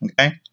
okay